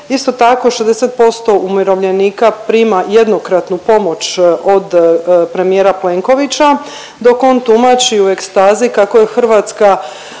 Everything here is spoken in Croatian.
Isto tako, 60% umirovljenika prima jednokratnu pomoć od premijera Plenkovića dok on tumači u ekstazi kako je Hrvatska